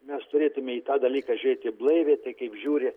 mes turėtume į tą dalyką žiūrėti blaiviai taip kaip žiūri